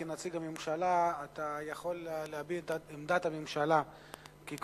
כנציג הממשלה אתה יכול להביע את עמדת הממשלה כרצונך.